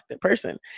person